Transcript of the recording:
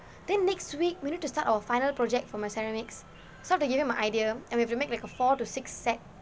then next week we need to start our final project for my ceramics so I have to give him my idea and we have to make like a four to six set